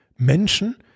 Menschen